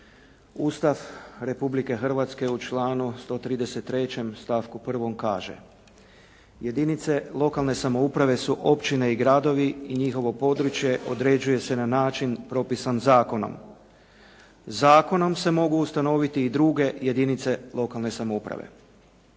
Ustav Republike Hrvatske u članku 133. stavku 1. kaže: "Jedinice lokalne samouprave su općine i gradovi i njihovo područje određuje se na način propisan zakonom. Zakonom se mogu ustanoviti i druge jedinice lokalne samouprave."